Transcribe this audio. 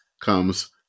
comes